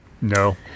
No